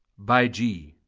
by g,